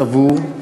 סבור,